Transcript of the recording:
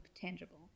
tangible